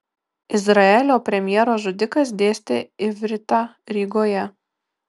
izraelio premjero žudikas dėstė ivritą rygoje